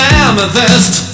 amethyst